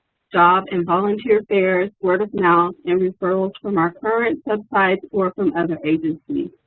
job and volunteer fairs, word of mouth, and referrals from our current sub-sites or from other agencies.